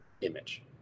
image